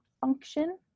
function